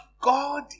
God